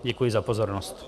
Děkuji za pozornost.